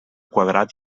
quadrat